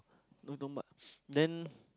no don't but then